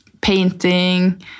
painting